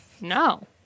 no